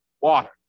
Water